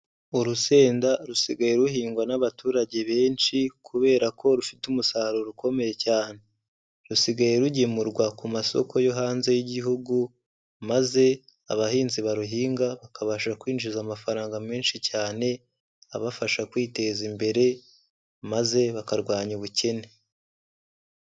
Urusenda rusigaye ruhingwa n'abaturage benshi, kubera ko rufite umusaruro ukomeye cyane. Rusigaye rugemurwa ku masoko yo hanze y'Igihugu, maze abahinzi baruhinga bakabasha kwinjiza amafaranga menshi cyane, abafasha kwiteza imbere, maze bakarwanya ubukene.